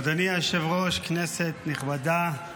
אדוני היושב-ראש, כנסת נכבדה,